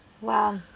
Wow